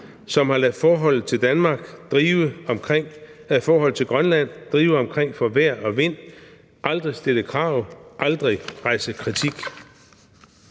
som har ladet forholdet til Grønland drive omkring for vejr og vind og aldrig har stillet krav og aldrig rejst kritik.